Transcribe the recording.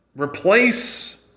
replace